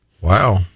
Wow